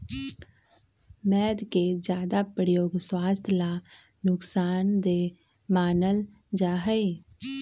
मैद के ज्यादा प्रयोग स्वास्थ्य ला नुकसान देय मानल जाहई